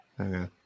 Okay